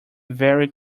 very